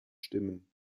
stimmen